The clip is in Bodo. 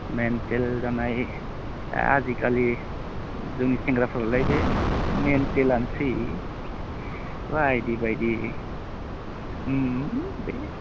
मेन्टेल जानाय आजिखालि जोंनि सेंग्राफोरालाय बे मेन्टेलानोसै बायदि बायदि बे